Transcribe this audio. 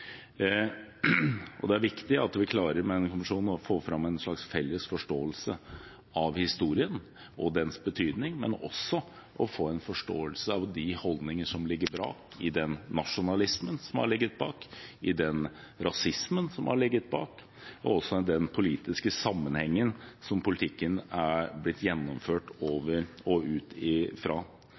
Og det er viktig at vi med denne kommisjonen klarer å få fram en slags felles forståelse av historien og dens betydning, men også en forståelse av de holdningene som ligger bak, den nasjonalismen som har ligget bak, den rasismen som har ligget bak, og den sammenhengen som politikken har blitt gjennomført i.